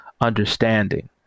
understanding